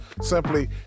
simply